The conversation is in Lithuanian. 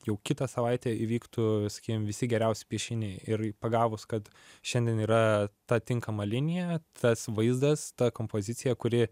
jau kitą savaitę įvyktų sakykim visi geriausi piešiniai ir pagavus kad šiandien yra ta tinkama linija tas vaizdas ta kompozicija kuri